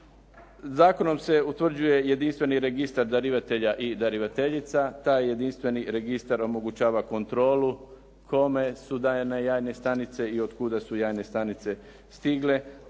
Zakonom se utvrđuje jedinstveni registar darivatelja i darivateljica. Taj jedinstveni registar omogućava kontrolu kome su date jajne stanice i od kuda su jajne stanice stigle,